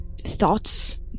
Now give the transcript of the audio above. thoughts